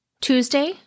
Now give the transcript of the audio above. Tuesday